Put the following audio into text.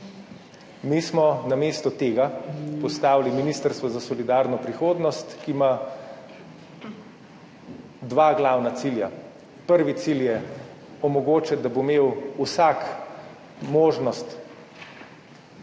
Mi smo namesto tega postavili Ministrstvo za solidarno prihodnost, ki ima dva glavna cilja, prvi cilj je omogočiti, da bo imel vsak možnost